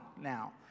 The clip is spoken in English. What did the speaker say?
now